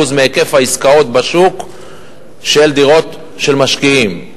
מהיקף העסקאות בשוק של דירות של משקיעים.